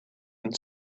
and